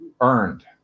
earned